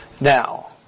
now